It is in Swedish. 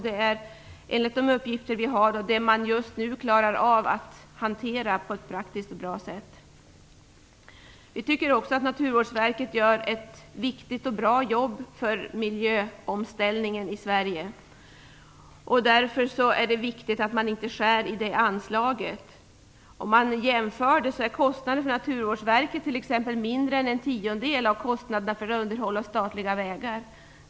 Det är, enligt de uppgifter vi har, det man just nu klarar av att hantera på ett praktiskt och bra sätt. Därför är det viktigt att man inte skär i det anslaget.